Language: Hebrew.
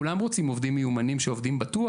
כולם רוצים עובדים מיומנים שעובדים בטוח,